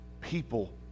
people